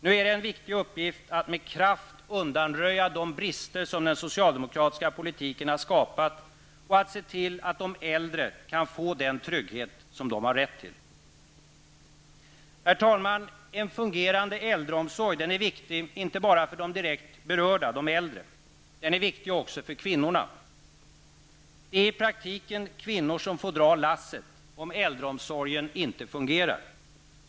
Nu är det en viktig uppgift att med kraft undanröja de brister som den socialdemokratiska politiken har skapat och se till att de äldre kan få den trygghet som de har rätt till. Herr talman! En fungerande äldreomsorg är viktig inte bara för de direkt berörda, de äldre. Den är viktig också för kvinnorna. Det är i praktiken kvinnor som får dra lasset om äldreomsorgen inte fungerar.